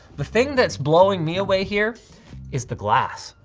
the thing that's blowing me away here is the glass.